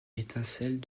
étincelles